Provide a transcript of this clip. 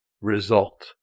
result